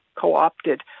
co-opted